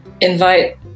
invite